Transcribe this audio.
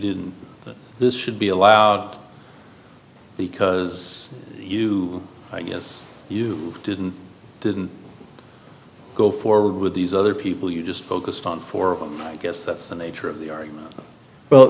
didn't that this should be allowed because you i guess you didn't didn't go forward with these other people you just focused on for them i guess that's the nature of the art well